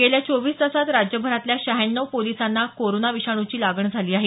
गेल्या चोवीस तासांत राज्यभरातल्या शहाण्णव पोलिसांना कोरोना विषाणूची लागण झाली आहे